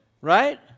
Right